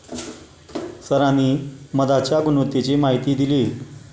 सरांनी मधाच्या गुणवत्तेची माहिती दिली